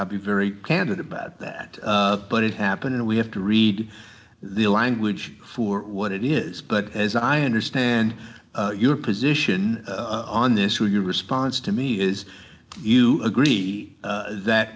i'd be very candid about that but it happened and we have to read the language for what it is but as i understand your position on this who your response to me is you agree that